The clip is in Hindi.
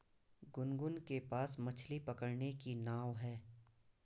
गुनगुन के पास मछ्ली पकड़ने की नाव है